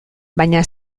baina